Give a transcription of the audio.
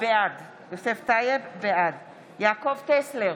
בעד יעקב טסלר,